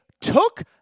took